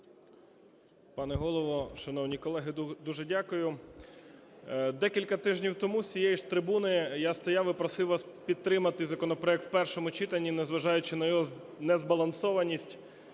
Пане Голово, шановні колеги, дуже дякую. Декілька тижнів тому з цієї ж трибуни я стояв і просив вас підтримати законопроект в першому читанні не зважаючи на його незбалансованість